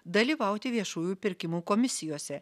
dalyvauti viešųjų pirkimų komisijose